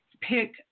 pick